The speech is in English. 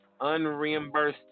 unreimbursed